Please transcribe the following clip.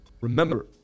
remember